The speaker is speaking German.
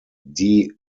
die